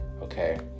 okay